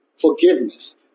Forgiveness